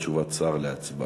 ואז נעבור ללא תשובת שר להצבעה.